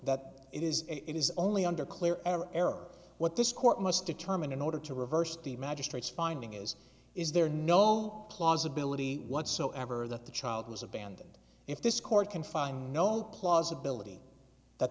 that it is it is only under clear error what this court must determine in order to reverse the magistrate's finding is is there no plausibility whatsoever that the child was abandoned if this court can find no plausibility that